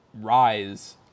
Rise